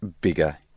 bigger